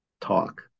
talk